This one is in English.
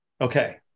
Okay